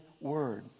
word